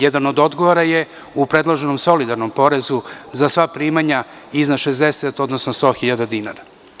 Jedan od odgovora je u predloženom solidarnom porezu za sva primanja iznad 60, odnosno 100.000 dinara.